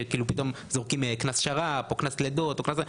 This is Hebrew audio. שפתאום זורקים קנס-שר"פ או קנס-לידות או קנס אחר,